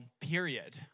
period